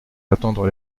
attendre